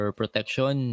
protection